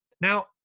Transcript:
Now